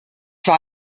war